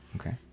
Okay